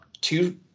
two